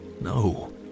no